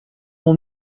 will